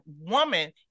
woman